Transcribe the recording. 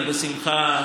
ואני בשמחה,